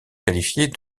qualifiée